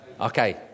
Okay